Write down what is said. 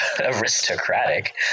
aristocratic